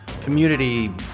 community